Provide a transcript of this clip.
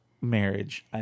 marriage